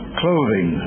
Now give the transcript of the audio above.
clothing